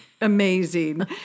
amazing